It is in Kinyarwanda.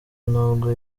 nubwo